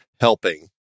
helping